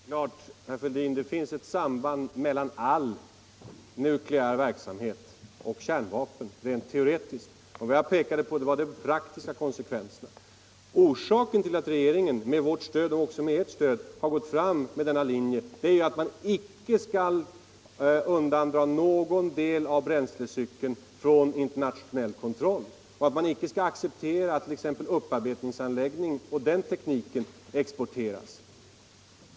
Herr talman! Det är klart att det rent teoretiskt finns ett samband mellan all nukleär verksamhet och kärnvapen. Vad jag pekade på var de praktiska konsekvenserna. Orsaken till att regeringen med vårt stöd och även med ert stöd har gått fram på den här linjen är att man icke bör undandra någon del av bränslecykeln internationell kontroll och att man icke skall acceptera att upparbetningsanläggningar och den speciella tekniken exporteras.